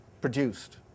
produced